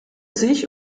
sich